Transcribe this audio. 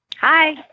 hi